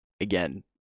Again